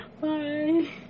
Bye